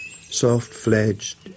soft-fledged